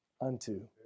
unto